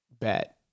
bet